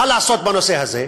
מה לעשות בנושא הזה?